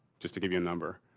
just to give you a number.